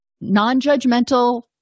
non-judgmental